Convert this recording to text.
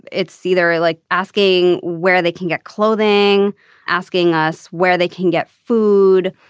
it's either like asking where they can get clothing asking us where they can get food.